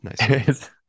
nice